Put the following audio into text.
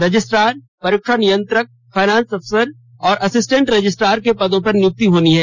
registrar परीक्षा नियंत्रक finance अफसर और असिस्टेंट रजिस्ट्रार के पदों पर नियुक्ति होनी है